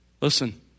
Listen